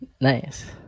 nice